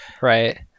Right